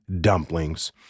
dumplings